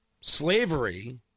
Slavery